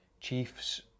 Chiefs